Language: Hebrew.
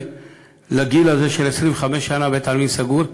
לגיל הזה של 25 שנה שבית-העלמין סגור,